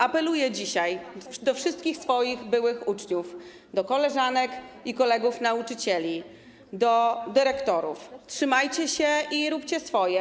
Apeluję dzisiaj do wszystkich swoich byłych uczniów, do koleżanek i kolegów nauczycieli, do dyrektorów: trzymajcie się i róbcie swoje.